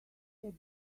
had